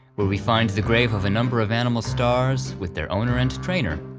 where we find the grave of a number of animal stars with their owner and trainer,